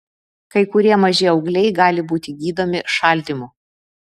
kai kurie maži augliai gali būti gydomi šaldymu